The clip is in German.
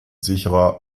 sicherer